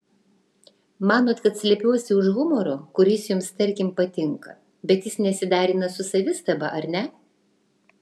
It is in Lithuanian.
manot kad slepiuosi už humoro kuris jums tarkim patinka bet jis nesiderina su savistaba ar ne